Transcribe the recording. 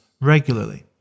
regularly